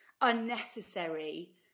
unnecessary